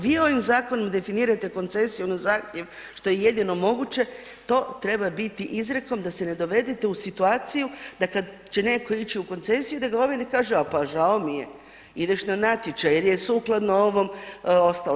Vi ovim zakonom definirate koncesiju na zahtjev što je jedino moguće, to treba biti izrijekom da se ne dovedete u situaciju da kad će netko ići u koncesiju da ga ovi ne kažu, a pa žao mi je ideš na natječaj jer je sukladno ovom ostalo.